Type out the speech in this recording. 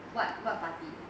what what party